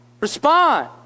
Respond